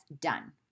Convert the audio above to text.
done